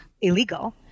illegal